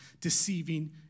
deceiving